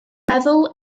meddwl